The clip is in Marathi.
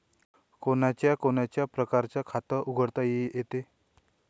कोनच्या कोनच्या परकारं खात उघडता येते?